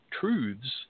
truths